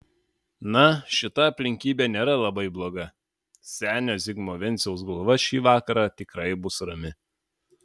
na šita aplinkybė nėra labai bloga senio zigmo venciaus galva šį vakarą tikrai bus rami